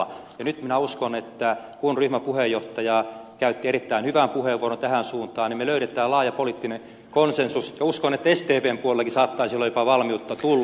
nyt minä uskon kun ryhmäpuheenjohtaja käytti erittäin hyvän puheenvuoron tähän suuntaan että me löydämme laajan poliittisen konsensuksen ja uskon että sdpn puolellakin saattaisi olla jopa valmiutta tulla